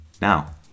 Now